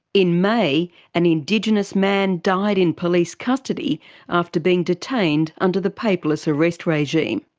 in may an indigenous man died in police custody after being detained under the paperless arrest regime.